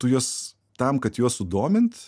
tu juos tam kad juos sudomint